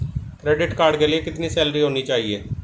Credit card के लिए कितनी सैलरी होनी चाहिए?